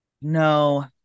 no